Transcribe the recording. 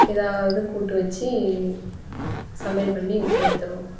எதாவது கூட்டு வச்சு சமையல் பண்ணி கொடுத்துருவோம்